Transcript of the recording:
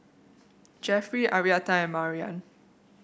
Jeffery Arietta and Mariann